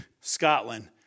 Scotland